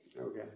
Okay